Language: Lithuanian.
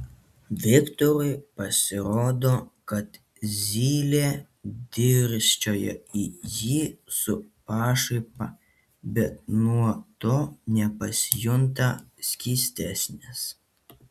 viktorui pasirodo kad zylė dirsčioja į jį su pašaipa bet nuo to nepasijunta skystesnis